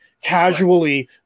casually